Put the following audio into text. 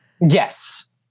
Yes